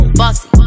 bossy